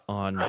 on